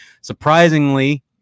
Surprisingly